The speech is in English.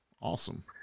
Awesome